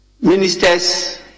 Ministers